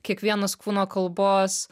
kiekvienas kūno kalbos